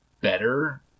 better